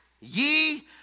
ye